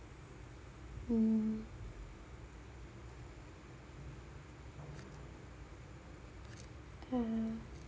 mm ah